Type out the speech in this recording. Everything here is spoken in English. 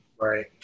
Right